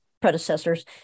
predecessors